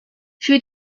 für